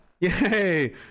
Yay